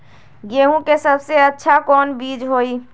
गेंहू के सबसे अच्छा कौन बीज होई?